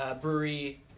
brewery